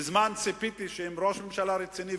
מזמן ציפיתי שאם ראש הממשלה רציני,